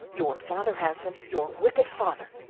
your father has them your wicked father,